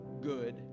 good